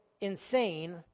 insane